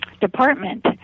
department